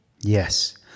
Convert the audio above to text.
yes